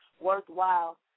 worthwhile